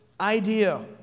idea